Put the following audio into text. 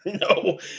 No